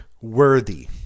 worthy